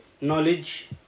knowledge